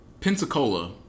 Pensacola